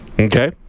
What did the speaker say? okay